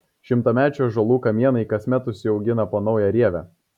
šimtamečių ąžuolų kamienai kasmet užsiaugina po naują rievę